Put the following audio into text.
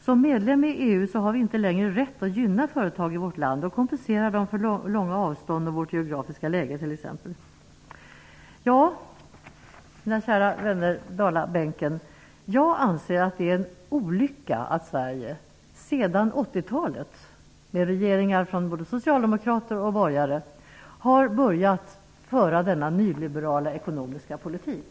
Som medlem i EU har vi inte längre rätt att gynna företag i vårt land och kompensera dem för långa avstånd och vårt geografiska läge t.ex. Ja, mina kära vänner på dalabänken, jag anser att det är en olycka att Sverige sedan 80-talet, med regeringar från både socialdemokrater och borgare, har börjat föra denna nyliberala ekonomiska politik.